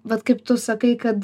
vat kaip tu sakai kad